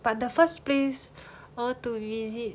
but the first place I want to visit